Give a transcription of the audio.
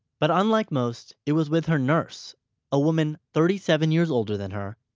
but unlike most, it was with her nurse a woman thirty-seven years older than her,